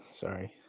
Sorry